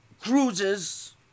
cruises